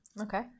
Okay